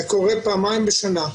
זה קורה פעמיים בשנה.